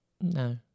No